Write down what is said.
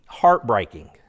Heartbreaking